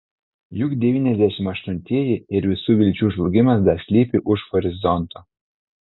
juk devyniasdešimt aštuntieji ir visų vilčių žlugimas dar slypi už horizonto